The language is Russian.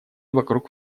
вокруг